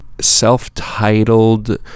self-titled